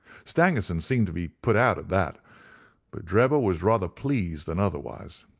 stangerson seemed to be put out at that, but drebber was rather pleased than otherwise.